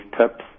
tips